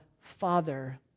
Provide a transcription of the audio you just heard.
Father